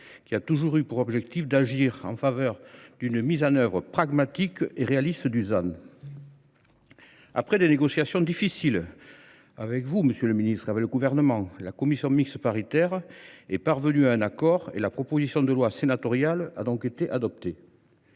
qui a toujours eu pour ambition d’agir en faveur d’une mise en œuvre pragmatique et réaliste du ZAN. Après des négociations difficiles avec vous, monsieur le ministre – avec le Gouvernement –, la commission mixte paritaire (CMP) est parvenue à un accord, et la proposition de loi sénatoriale a donc été adoptée.